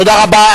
תודה רבה.